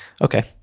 okay